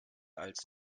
als